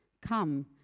come